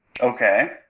Okay